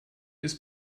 ist